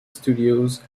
studios